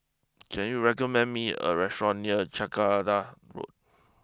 can you recommend me a restaurant near Jacaranda Road